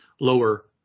lower